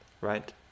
right